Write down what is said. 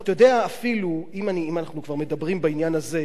אתה יודע, אם אנחנו כבר מדברים בעניין הזה,